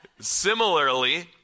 similarly